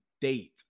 date